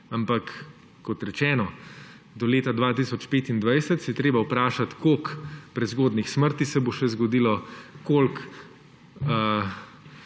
ampak, kot rečeno, da leta 2025 se je treba vprašati, koliko prezgodnjih smrti se bo še zgodilo, koliko